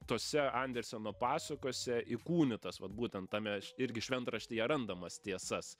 tose anderseno pasakose įkūnytas vat būtent tame irgi šventraštyje randamas tiesas